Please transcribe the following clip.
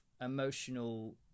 emotional